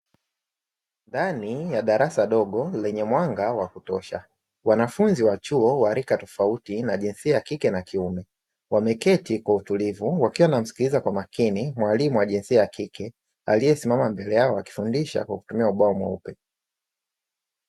Ndani ya darasa dogo lenye mwanga wa kutosha, wanafunzi wa chuo wa rika tofauti, na jinsia ya kike na kiume, wameketi kwa utulivu, wakiwa wanasikiliza kwa makini mwalimu wa jinsia ya kike aliyesimama mbele yao, akifundisha kwa kutumia ubao mweupe.